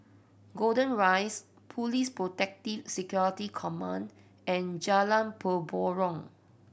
Golden Rise Police Protective Security Command and Jalan Mempurong